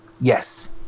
yes